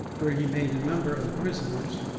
where he made a number of prisoners,